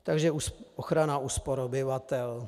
Takže ochrana úspor obyvatel.